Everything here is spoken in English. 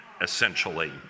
essentially